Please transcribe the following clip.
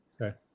Okay